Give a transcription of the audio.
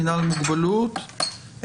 מינהל מוגבלות,